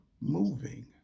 moving